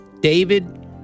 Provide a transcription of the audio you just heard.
David